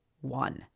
one